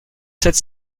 sept